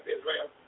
Israel